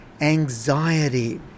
anxiety